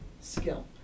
skill